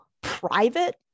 private